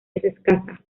escasa